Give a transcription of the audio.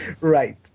Right